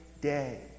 day